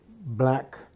black